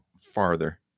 farther